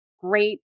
Great